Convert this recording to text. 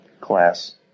class